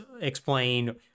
explain